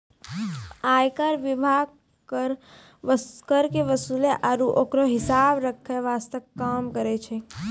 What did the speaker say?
आयकर विभाग कर के वसूले आरू ओकरो हिसाब रख्खै वास्ते काम करै छै